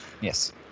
yes